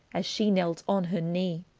as she knelt on her knee,